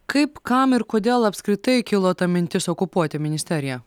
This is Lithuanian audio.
kaip kam ir kodėl apskritai kilo ta mintis okupuoti ministeriją